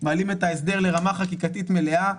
מעלים את ההסדר לרמה חקיקתית מלאה.